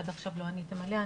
עד עכשיו לא עניתם עליה.